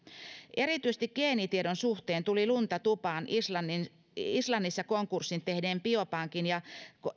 erityisesti geenitiedon suhteen tuli lunta tupaan islannissa konkurssin tehneen biopankin ja